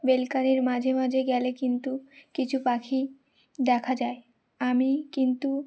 ব্যালকনির মাঝে মাঝে গেলে কিন্তু কিছু পাখি দেখা যায় আমি কিন্তু